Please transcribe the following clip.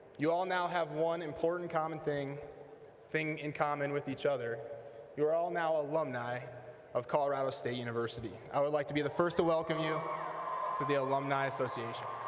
you all now have one important common thing thing in common with each other you're all now alumni of colorado state university i'd like to be the first to welcome you to the alumni association